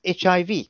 HIV